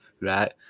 right